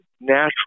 natural